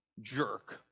jerk